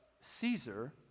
Caesar